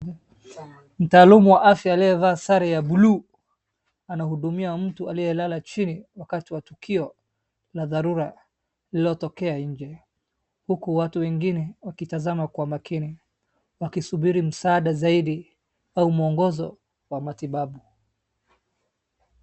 Mtaalamu wa afya aliyevaa sare ya buluu anahudumia mtu aliyelala chini wakati wa tukio la dharura lililotokea nje Huku watu wengine wakitazama kwa makini wakisubiri zaidi au mwongozo wa matibabu.